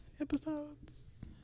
episodes